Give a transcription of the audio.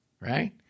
right